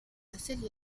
serie